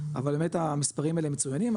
אבל באמת המספרים האלה מצוינים.